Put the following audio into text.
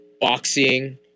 boxing